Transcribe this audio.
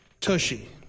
tushy